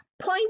point